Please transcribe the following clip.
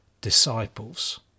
disciples